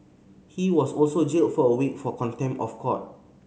he was also jailed for a week for contempt of court